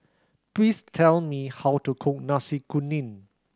please tell me how to cook Nasi Kuning